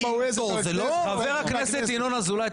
בווייז --- חבר הכנסת ינון אזולאי,